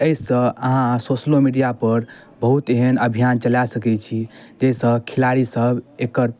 एहिसऽ अहाँ सोशलो मीडिया पर बहुत एहन अभियान चला सकै छी ताहि सऽ खेलाड़ीसब एकर